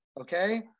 Okay